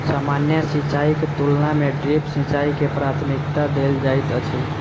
सामान्य सिंचाईक तुलना मे ड्रिप सिंचाई के प्राथमिकता देल जाइत अछि